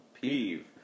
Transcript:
peeve